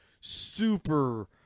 super